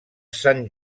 sant